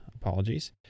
Apologies